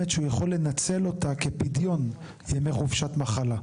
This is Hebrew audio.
שהוא יכול לנצל אותה כפדיון ימי חופשת מחלה.